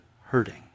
hurting